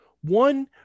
One